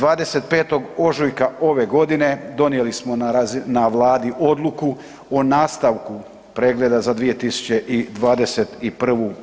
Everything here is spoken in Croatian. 25. ožujka ove godine donijeli smo na Vladi odluku o nastavku pregleda za 2021.